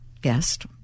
guest